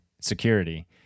security